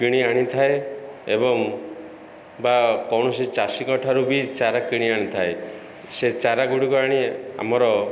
କିଣି ଆଣିଥାଏ ଏବଂ ବା କୌଣସି ଚାଷୀଙ୍କଠାରୁ ବି ଚାରା କିଣି ଆଣିଥାଏ ସେ ଚାରାଗୁଡ଼ିକୁ ଆଣି ଆମର